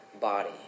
body